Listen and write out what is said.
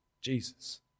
Jesus